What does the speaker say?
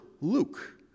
Luke